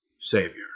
Savior